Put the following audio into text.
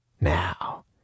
Now